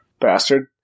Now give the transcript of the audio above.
bastard